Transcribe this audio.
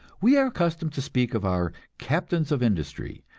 we are accustomed to speak of our captains of industry,